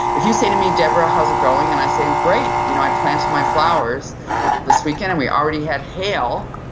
if you say to me debra, how's it going and i say great. you know i've planted my flowers this weekend and we already had hail.